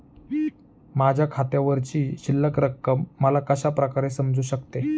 माझ्या खात्यावरची शिल्लक रक्कम मला कशा प्रकारे समजू शकते?